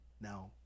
Now